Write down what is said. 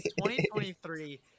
2023